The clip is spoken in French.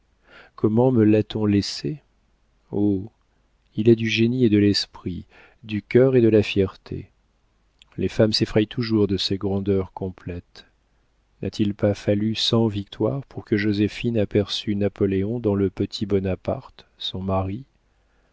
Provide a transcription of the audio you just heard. comment me l'a-t-on laissé oh il a du génie et de l'esprit du cœur et de la fierté les femmes s'effraient toujours de ces grandeurs complètes n'a-t-il pas fallu cent victoires pour que joséphine aperçût napoléon dans le petit bonaparte son mari